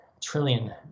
trillion